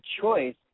choice